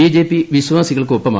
BJP വിശ്വാസികൾക്ക് ഒപ്പമാണ്